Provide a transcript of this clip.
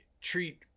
treat